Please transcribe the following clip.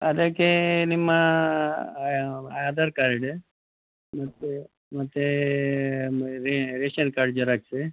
ಅದಕ್ಕೆ ನಿಮ್ಮ ಆಧಾರ್ ಕಾರ್ಡು ಮತ್ತು ಮತ್ತು ಒಂದು ರೇಷನ್ ಕಾರ್ಡ್ ಜೆರಾಕ್ಸು